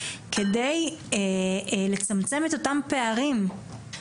כדי לצמצם את אותם פערים.